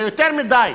זה יותר מדי.